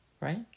right